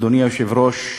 אדוני היושב-ראש,